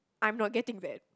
I'm not getting vet